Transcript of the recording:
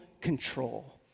control